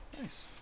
Nice